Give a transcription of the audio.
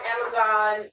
Amazon